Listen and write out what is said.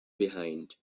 behind